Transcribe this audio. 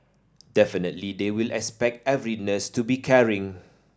definitely they will expect every nurse to be caring